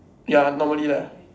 ya normally lah